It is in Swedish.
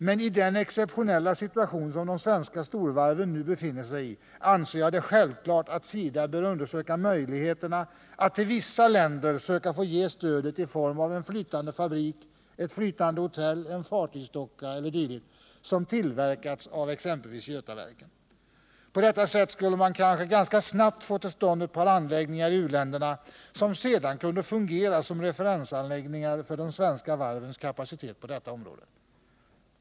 Men i den exceptionella situation som de svenska storvarven nu befinner sig i anser jag det självklart att SIDA bör undersöka möjligheterna att till vissa länder söka få ge stödet i form av en flytande fabrik, ett flytande hotell, en fartygsdocka e. d., som tillverkats av exempelvis Götaverken. På detta sätt skulle man kanske ganska snabbt få till stånd ett par anläggningar i u-länderna, som sedan kunde fungera såsom referensanläggningar för de svenska varvens kapacitet på detta område.